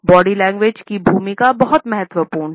body language की भूमिका बहुत महत्वपूर्ण है